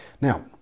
Now